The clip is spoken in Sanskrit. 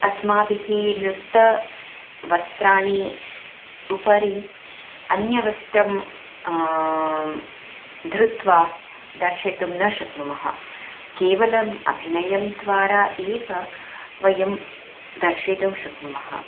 अस्माभिः नृत्तवस्त्राणि उपरि अन्यवस्त्रं धृत्वा दर्शयितुं न शक्नुमः केवलम् अभिनयं द्वारा एव वयं दर्शयितुं शक्नुमः